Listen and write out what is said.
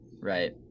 right